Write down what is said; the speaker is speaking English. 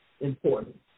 important